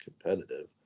competitive